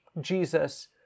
Jesus